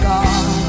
God